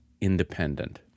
independent